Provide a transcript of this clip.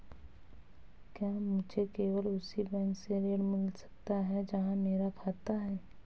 क्या मुझे केवल उसी बैंक से ऋण मिल सकता है जहां मेरा खाता है?